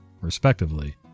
respectively